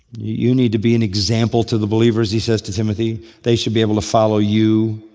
you need to be an example to the believers, he says to timothy. they should be able to follow you.